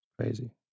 Crazy